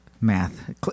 Math